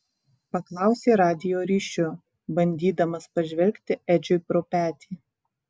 paklausė radijo ryšiu bandydamas pažvelgti edžiui pro petį